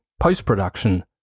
post-production